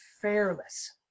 fearless